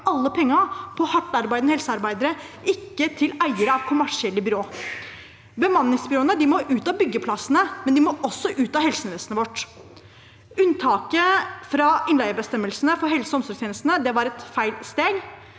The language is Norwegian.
alle pengene på hardt arbeidende helsearbeidere, ikke til eiere av kommersielle byråer. Bemanningsbyråene må ut av byggeplassene, men de må også ut av helsevesenet vårt. Unntaket fra innleiebestemmelsene for helse- og omsorgstjenestene var et feilsteg.